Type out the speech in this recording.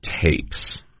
tapes